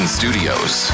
studios